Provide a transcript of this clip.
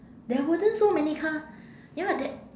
there wasn't so many car ya lah that